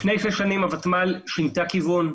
לפני שש שנים הוותמ"ל שינתה כיוון.